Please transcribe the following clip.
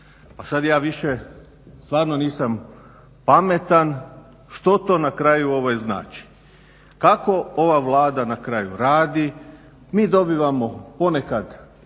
Pa sad ja više stvarno nisam pametan što to na kraju znači? Kako ova Vlada na kraju radi. Mi dobivamo ponekad